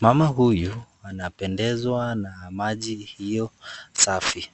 Mama anapendezwa na maji hio safi.